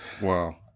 Wow